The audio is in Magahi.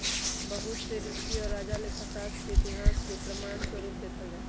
बहुत से ऋषि और राजा लेखा शास्त्र के इतिहास के प्रमाण स्वरूप देखल जाहई